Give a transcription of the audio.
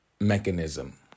mechanism